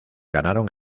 ganaron